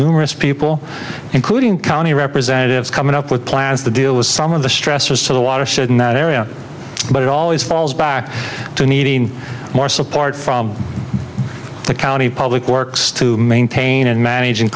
numerous people including county representatives coming up with plans to deal with some of the stressors to the in that area but it always falls back to needing more support from the county public works to maintain and manage and